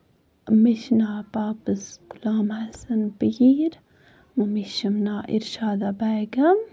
مےٚ چھُ ناو پاپس غلام حسن پیٖر مٕمی چھُم ناو اِرشدا بیگَم